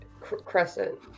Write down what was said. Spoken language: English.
Crescent